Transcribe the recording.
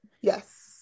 Yes